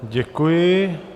Děkuji.